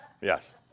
Yes